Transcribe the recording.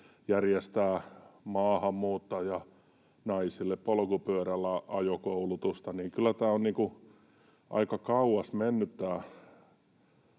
järjestää maahanmuuttajanaisille polkupyörälläajokoulutusta, niin on kyllä aika kauas mennyt